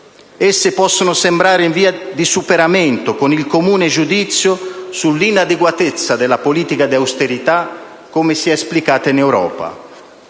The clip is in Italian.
Esse possono sembrare in via di superamento, con il comune giudizio sull'inadeguatezza della politica di austerità così come si è esplicata in Europa.